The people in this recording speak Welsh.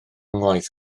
ngwaith